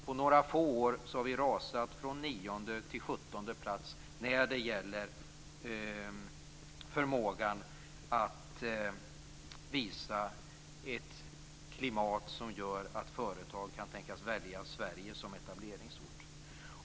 På några få år har vi rasat från nionde till sjuttonde plats när det gäller förmågan att uppvisa ett klimat som gör att företag kan tänkas välja Sverige som etableringsort.